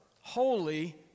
holy